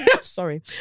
Sorry